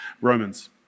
Romans